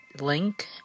link